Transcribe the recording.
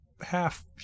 half